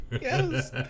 Yes